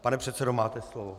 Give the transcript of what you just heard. Pane předsedo, máte slovo.